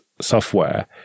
software